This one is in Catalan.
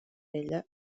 ella